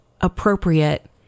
appropriate